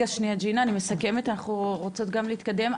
שניה ג'ינה, אני מסכמת אנחנו רוצות גם להתקדם.